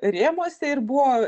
rėmuose ir buvo